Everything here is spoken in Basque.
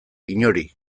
inori